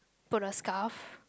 put on scarf